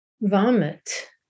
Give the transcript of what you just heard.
vomit